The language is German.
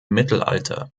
mittelalter